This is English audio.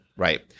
Right